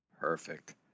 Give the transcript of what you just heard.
Perfect